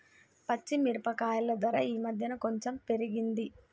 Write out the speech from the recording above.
పచ్చి మిరపకాయల ధర ఈ మధ్యన కొంచెం పెరిగింది